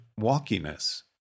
walkiness